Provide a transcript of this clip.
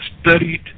studied